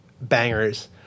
bangers